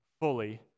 fully